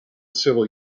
civil